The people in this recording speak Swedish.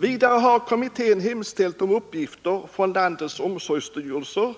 Vidare har kommittén hemställt om uppgifter från landets omsorgsstyrelser